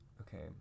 Okay